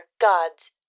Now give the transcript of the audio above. gods